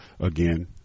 again